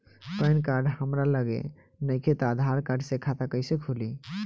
Pan card हमरा लगे नईखे त आधार कार्ड से खाता कैसे खुली?